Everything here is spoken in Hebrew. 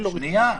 שנייה,